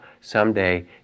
Someday